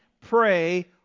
pray